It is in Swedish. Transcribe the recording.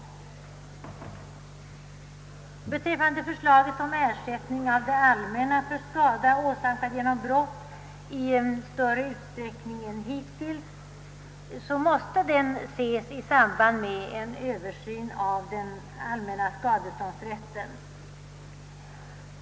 Vad gäller förslaget om ersättning av det allmänna i större utsträckning än hittills för skada åsamkad genom brott måste detta ses i samband med en översyn av den allmänna skadeståndsrätten.